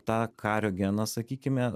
tą kario geną sakykime